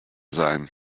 sein